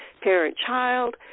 parent-child